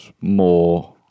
more